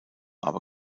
aber